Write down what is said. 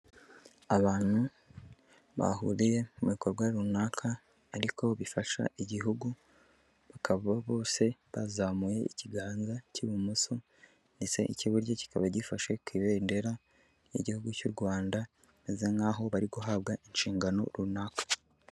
Abantu bahuriye mu bikorwa runaka ariko bifasha igihugu, bakaba bose bazamuye ikiganza cy'ibumoso ndetse ik'iburyo kikaba gifashe ku ibendera ry'igihugu cy'u Rwanda, bameze nkaho bari guhabwa inshingano runaka.